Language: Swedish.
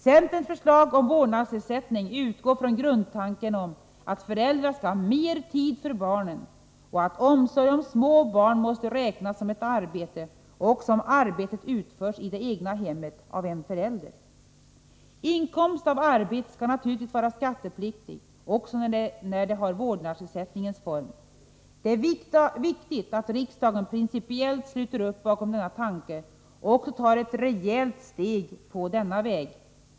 Centerns förslag om vårdnadsersättning utgår från grundtanken att föräldrar skall ha mer tid för barnen och att omsorg om små barn måste räknas som ett arbete, också om arbetet utförs i det egna hemmet av en förälder. Inkomst av arbete skall naturligtvis vara skattepliktig också när den har vårdnadsersättningens form. Det är viktigt att riksdagen principiellt sluter upp bakom denna tanke och även tar ett rejält steg på denna väg.